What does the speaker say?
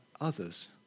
others